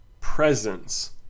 presence